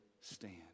stand